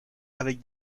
avec